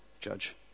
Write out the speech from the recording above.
judge